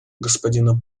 господина